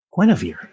Guinevere